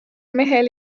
mehel